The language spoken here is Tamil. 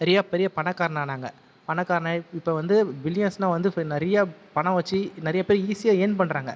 பெரிய பெரிய பணக்காரனாக ஆனாங்க பணக்காரனாக ஆகி இப்போ வந்து வில்லியன்ஸ் வந்து நிறைய பணம் வச்சு நிறைய பேர் ஈஸியாக இயேர்ன் பண்ணுறாங்க